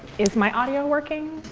is my audio working?